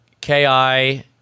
Ki